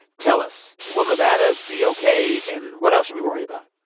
tell us. will nevada be ok? and what else should we worry about?